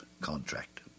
contract